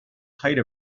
height